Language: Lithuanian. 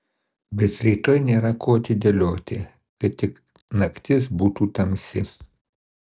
bet rytoj nėra ko atidėlioti kad tik naktis būtų tamsi